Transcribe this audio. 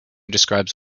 describes